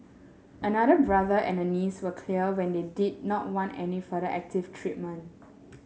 another brother and a niece were clear when they did not want any further active treatment